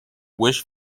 wish